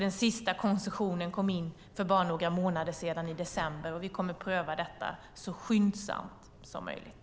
Den sista koncessionen kom in för bara några månader sedan, i december, och vi kommer att pröva detta så skyndsamt som möjligt.